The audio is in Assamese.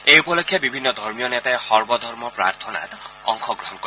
এই উপলক্ষে বিভিন্ন ধৰ্মীয় নেতাই সৰ্বধৰ্ম প্ৰাৰ্থনাত অংশগ্ৰহণ কৰে